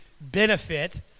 benefit